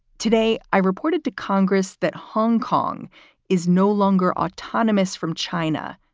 today, i reported to congress that hong kong is no longer autonomous from china,